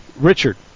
Richard